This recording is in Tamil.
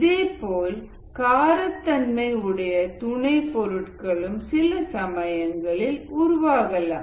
இதேபோல் காரத்தன்மை உடைய துணை பொருட்களும் சில சமயங்களில் உருவாகலாம்